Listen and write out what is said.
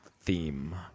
theme